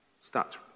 Starts